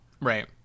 right